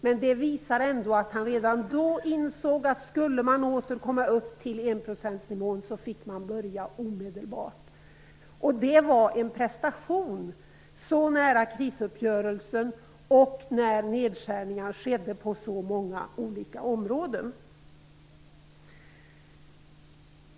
Men det visar ändå att han redan då insåg att skulle man komma upp till enprocentsmålet, så var man tvungen att börja omedelbart. Detta var en prestation så nära krisuppgörelsen och då nedskärningar gjordes på så många områden.